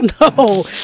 No